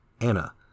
Anna